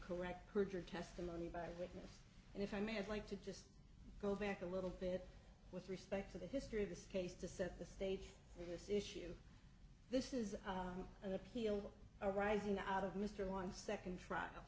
correct perjured testimony by witness and if i may have like to just go back a little bit with respect to the history of this case to set the stage in this issue this is an appeal arising out of mr one second trial